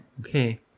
Okay